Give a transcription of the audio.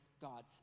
God